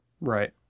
Right